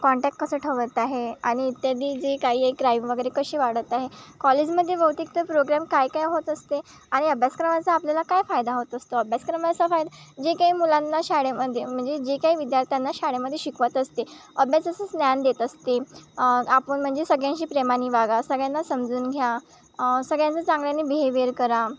contact कसं ठेवत आहे आणि इत्यादी जे काही हे क्राईम वगैरे कसे वाढत आहे कॉलेजमध्ये बहुतेक तर प्रोग्रॅम काय काय होत असते आणि अभ्यासक्रमाचा आपल्याला काय फायदा होत असतो अभ्यासक्रमाचा फायदा जे काही मुलांना शाळेमध्ये म्हणजे जे काही विद्यार्थ्यांना शाळेमध्ये शिकवत असते अभ्यासाचंच ज्ञान देत असते आपण म्हणजे सगळ्यांशी प्रेमाने वागा सगळ्यांना समजून घ्या सगळ्यांचं चांगल्याने बिहेवियर करा